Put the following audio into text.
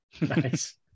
Nice